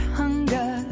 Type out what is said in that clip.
hunger